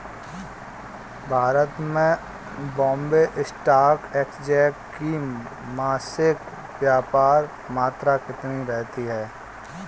भारत में Bombay Stock Exchange की मासिक व्यापार मात्रा कितनी रहती है?